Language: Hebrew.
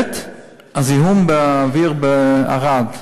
זיהום האוויר בערד,